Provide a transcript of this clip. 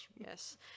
Yes